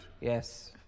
Yes